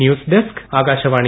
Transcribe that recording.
news desk Akashvani